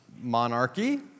monarchy